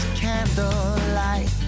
candlelight